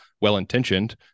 well-intentioned